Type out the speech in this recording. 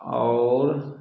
आओर